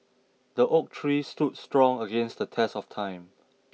the oak tree stood strong against the test of time